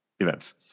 Events